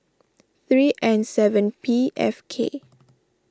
three N seven P F K